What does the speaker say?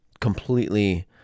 completely